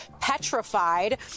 petrified